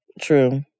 True